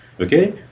okay